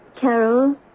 Carol